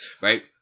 right